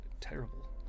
Terrible